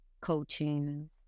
coaching